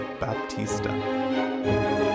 Baptista